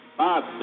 Bob